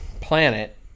planet